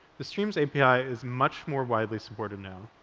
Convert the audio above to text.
the streams api is much more widely supported now.